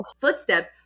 footsteps